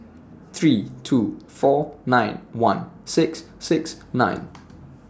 three two four nine one six six nine